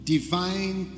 Divine